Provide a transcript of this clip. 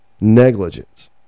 negligence